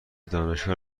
دانشگاه